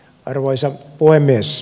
arvoisa puhemies